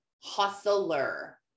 hustler